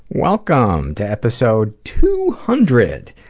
welcome to episode two hundred,